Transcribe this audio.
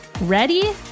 Ready